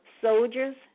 soldiers